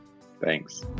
Thanks